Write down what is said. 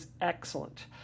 excellent